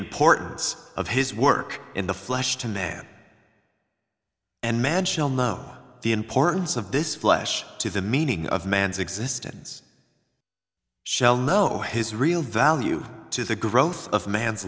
importance of his work in the flesh to man and man shall know the importance of this flesh to the meaning of man's existence shall know his real value to the growth of man's